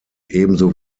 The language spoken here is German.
ebenso